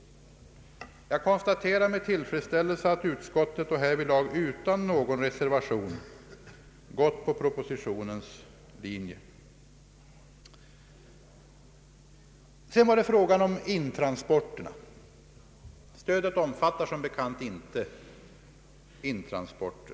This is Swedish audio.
Jag konstaterar med tillfredsställelse att utskottet — härvidlag utan någon reservation — har följt propositionens linje. Sedan har frågan om intransporter i stödområdet diskuterats. Stödet omfattar som bekant inte intransporter.